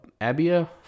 Abia